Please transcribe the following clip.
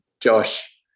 josh